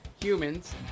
humans